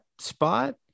spot